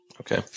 Okay